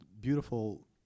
beautiful